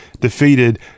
defeated